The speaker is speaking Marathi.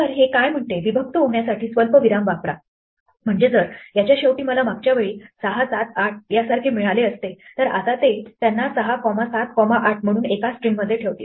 तर हे काय म्हणते विभक्त होण्यासाठी स्वल्पविराम वापरा म्हणजे जर याच्या शेवटी मला मागच्या वेळी 678 सारखे मिळाले असते तर आता ते त्यांना 6 कॉमा 7 कॉमा 8 म्हणून एकाच स्ट्रिंगमध्ये ठेवतील